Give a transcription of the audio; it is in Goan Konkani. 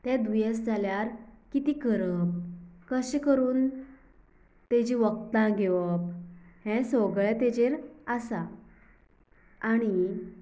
तें दुयेंस जाल्यार कितें करप कशें करून तेजी वखदां घेवप हें सगलें तेजेर आसा आनी